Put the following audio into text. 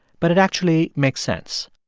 but it actually makes sense.